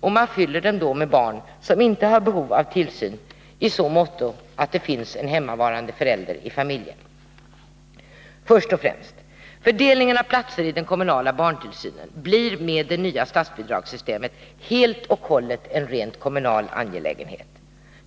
och man fyller dem då med barn som inte har behov av tillsyn i så måtto att det finns en hemmavarande förälder i familjen. Först och främst: Fördelningen av platser i den kommunala barntillsynen blir med det nya statsbidragssystemet helt och hållet en rent kommunal angelägenhet.